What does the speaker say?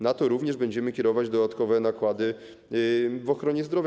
Na to również będziemy kierować dodatkowe nakłady w ochronie zdrowia.